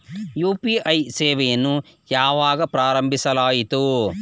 UPI ಸೇವೆಯನ್ನು ಯಾವಾಗ ಪ್ರಾರಂಭಿಸಲಾಯಿತು?